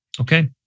Okay